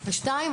שתיים,